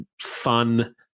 fun